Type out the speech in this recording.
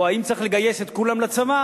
או האם צריך לגייס את כולם לצבא,